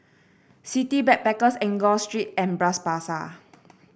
City Backpackers Enggor Street and Bras Basah